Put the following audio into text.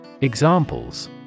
Examples